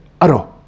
Aro